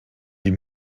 die